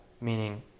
meaning